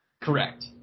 Correct